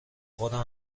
خودم